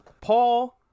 paul